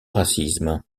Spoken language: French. racisme